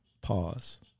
Pause